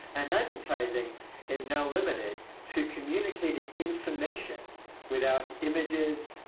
and advertising is now limited to communicating information without images,